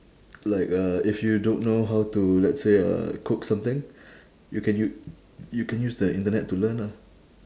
like uh if you don't know how to let's say uh cook something you can u~ you can use the internet to learn ah